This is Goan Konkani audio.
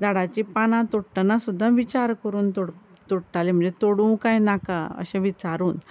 झाडाचीं पानां तोडटना सुद्दां विचार करून तोड तोडटलीं म्हणजे तोडूं काय नाका अशें विचारून